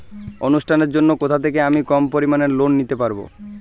অনুষ্ঠানের জন্য কোথা থেকে আমি কম পরিমাণের লোন নিতে পারব?